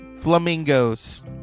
Flamingos